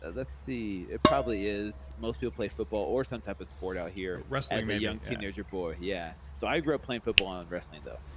let's see, it probably is, most people play football or some type of sport out here wrestling as a young teenager boy. yeah so i grew up playing football and wrestling though.